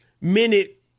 minute